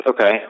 Okay